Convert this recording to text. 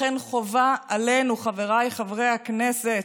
לכן חובה עלינו, חבריי חברי הכנסת,